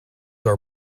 are